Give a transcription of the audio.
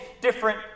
different